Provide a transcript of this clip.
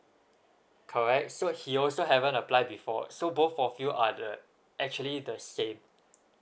correct so he also haven't apply before so both of you are the actually the same